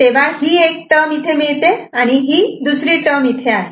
तेव्हा ही एक टर्म इथे मिळते आणि आणि ही दुसरी टर्म इथे आहे